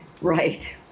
Right